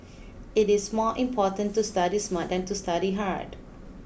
it is more important to study smart than to study hard